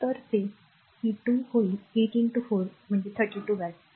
तर ते p2 होईल 8 4 तर 32 वॅट